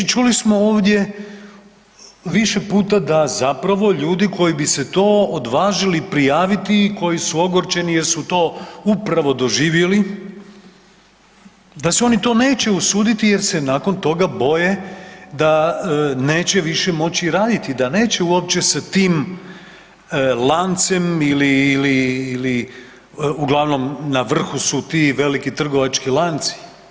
Čuli smo ovdje više puta da zapravo ljudi koji bi se to odvažili prijaviti i koji su ogorčeni jer su to upravo doživjeli, da se oni to neće usuditi jer se nakon toga boje da neće više moći raditi, da neće uopće se tim lancem ili uglavnom na vrhu su ti veliki trgovački lanci.